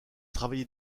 travaillé